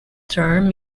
term